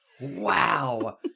Wow